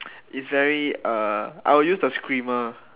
it's very uh I will use the screamer